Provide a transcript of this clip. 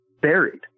buried